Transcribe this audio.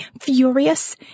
furious